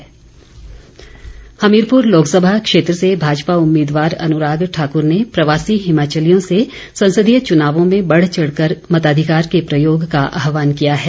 अनुराग ठाकुर हमीरपुर लोकसभा क्षेत्र से भाजपा उम्मीदवार अनुराग ठाक्र ने प्रवासी हिमाचलियों से संसदीय चुनावों में बढ़ चढ़ कर मताधिकार के प्रयोग का आहवान किया है